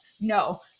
no